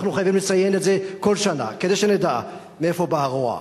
אנחנו חייבים לציין את זה כל שנה כדי שנדע מאיפה בא הרוע.